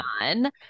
on